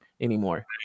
anymore